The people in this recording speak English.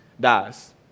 dies